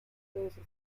böse